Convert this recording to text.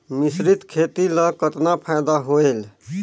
मिश्रीत खेती ल कतना फायदा होयल?